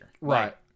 Right